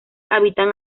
habitan